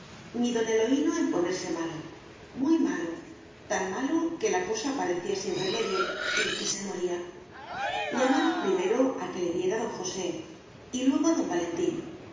don eloíno en ponerse malo muy malo tan malo que la cosa parecía sin remedio y que se moría llamaron primero a que le viera don josé y luego a don valentín